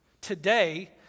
Today